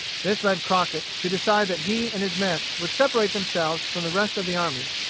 this led crockett to decide that he and his mess would separate themselves from the rest of the army,